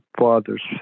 father's